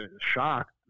shocked